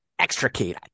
extricate